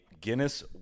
Guinness